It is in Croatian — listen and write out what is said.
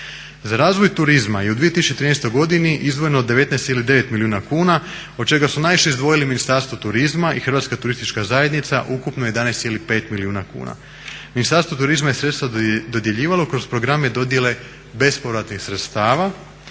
Za razvoj turizma i u 2013. godini izdvojeno je 19,9 milijuna kuna, od čega su najviše izdvojili Ministarstvo turizma i Hrvatska turistička zajednica ukupno 11,5 milijuna kuna. Ministarstvo turizma je sredstva dodjeljivalo kroz programe dodjele bespovratnih sredstava,